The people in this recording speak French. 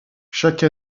chaque